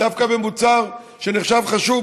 ודווקא במוצר שנחשב חשוב,